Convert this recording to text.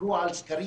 דיברו על סקרים,